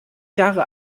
jahre